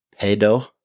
pedo